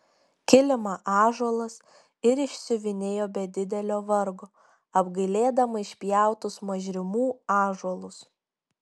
kilimą ąžuolas ir išsiuvinėjo be didelio vargo apgailėdama išpjautus mažrimų ąžuolus